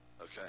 Okay